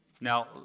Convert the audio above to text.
Now